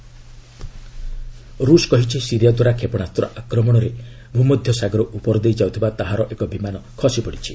Russia Israel ରୁଷ କହିଛି Syria ଦ୍ୱାରା କ୍ଷେପଣାସ୍ତ ଆକ୍ରମଣରେ ଭୂମଧ୍ୟସାଗର ଉପର ଦେଇ ଯାଉଥିବା ତାର ଏକ ବିମାନ ଖସି ପଡ଼ିଛି